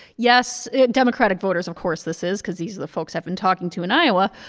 yes democratic voters, of course, this is, because these are the folks i've been talking to in iowa.